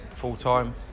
full-time